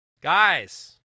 Guys